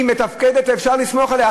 שהיא מתפקדת ואפשר לסמוך עליה?